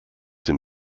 dem